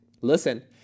listen